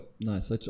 nice